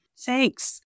Thanks